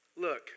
Look